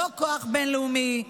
לא כוח בין-לאומי,